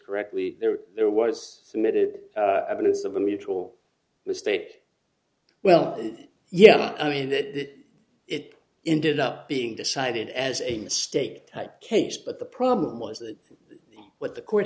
correctly there there was a minute evidence of a mutual mistake well yeah i mean that it ended up being decided as a mistake type case but the problem was that what the court